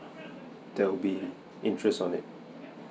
there will be interest on it